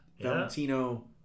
Valentino